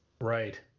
Right